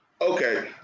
Okay